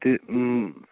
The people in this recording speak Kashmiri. تہٕ